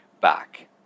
back